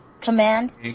Command